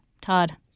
Todd